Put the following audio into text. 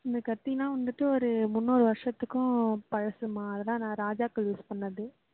இந்த கத்திலாம் வந்துவிட்டு ஒரு முன்னூறு வருஷத்துக்கும் பழசும்மா அதெல்லாம் நா ராஜாக்கள் யூஸ் பண்ணது